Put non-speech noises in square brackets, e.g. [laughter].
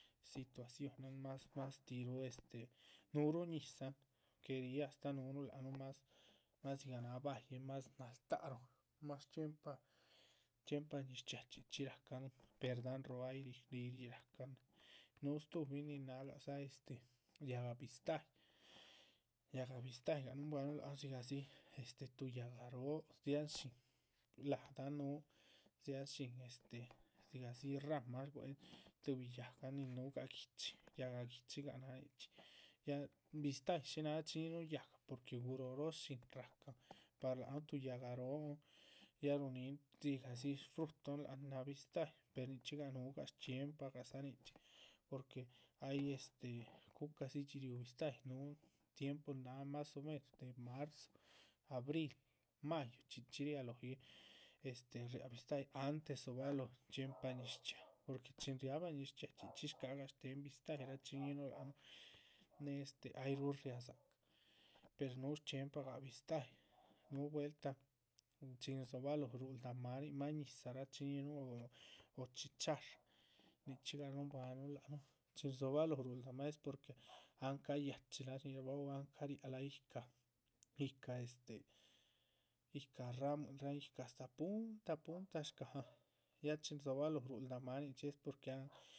Situación nin más más tihruh este, núhuruh ñizahn que ríh astáh núhunuh lac nuh más más dzigah náha vallen más naltác ruhu, más chxiempa chxiempa ñiz chxiaa chxí. rahcan per dáhan róho ay [unintelligible] núhu stuhubin nin nágah este yáhga bistáhyi, yáhga bistáhyi núhunbuanuh lac nuh dzigahdzi este túh yáhgaroo dziáhan shín, la´dahan. núhu dziáhan shín este dzigahdzi shramahn shbuehen tuhbi yáhgan nichxí nin núhugah gui´chi, yáhga gui´chigah náha nichxí, ya bistáhyi shínaha [unintelligible] yáhga porque. guróho roo shín rahcan par lac núh tuh yáhgah róhon ya rúhunin dzigahdzi shfrutohon láhan nin náha bistáhyi per nichxígah núhugah shchxiempa gadza nichxi, porque ay este. cu´cadzi dxi ríuh bistáhyi núhu tiempo ni náha más o menos de marzo, abril, mayo chxí chxí rialóho riéhen, este riá bistáhyi antes dzohobaloho chxiempa ñiz chxiaa. porque chin riábah ñiz chxiaa chxí chxí shcáhaga shtéhen bistáhyi rachiñíhinuh lac nuh, néhe este, ay rúhu riá dzacahan per núhu shchxiempagah bistáhyi, núhu. vueltah chin rdzohobaloho rúhuldah máanin máan ñizah rachiñíhinuh o chicharra, dzichxígah núhunbuanuhun lac nuh, chin rzobaloho rúhuldamah, náh porque áhn cayáchilaha. shñíhirabah o ahn cariálah yíhcahan, yíhca este yícah ramuinrah. yíhca astáha punta punta shcáhan ya chin rdóhobaloh rúhuldah máaninchxi es porque ahn.